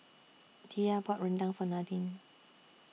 Diya bought Rendang For Nadine